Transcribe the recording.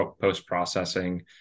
post-processing